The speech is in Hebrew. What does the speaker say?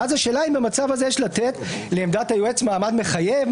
ואז השאלה היא האם במצב הזה יש לתת לעמדת היועץ מעמד מחייב,